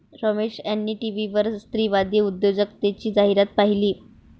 रमेश यांनी टीव्हीवर स्त्रीवादी उद्योजकतेची जाहिरात पाहिली